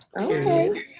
okay